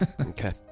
Okay